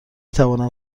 توانم